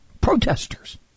Protesters